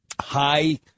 high